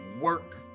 work